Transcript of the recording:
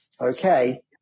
okay